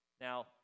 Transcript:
Now